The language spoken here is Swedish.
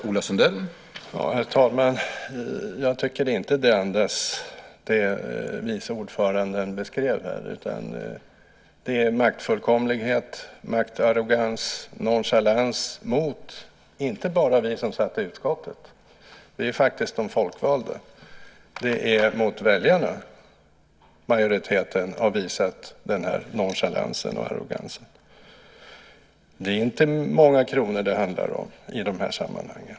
Herr talman! Jag tycker inte att det vice ordföranden beskrev andas det. Det är maktfullkomlighet, maktarrogans, nonchalans. Det är inte bara mot oss som satt i utskottet - vi är de folkvalda - utan också mot väljarna som majoriteten har visat nonchalans och arrogans. Det är inte många kronor det handlar om i de här sammanhangen.